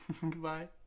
Goodbye